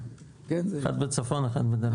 אחד בצפון אחד בדרום.